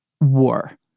war